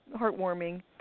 heartwarming